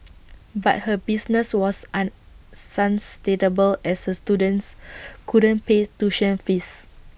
but her business was unsustainable as her students couldn't pay tuition fees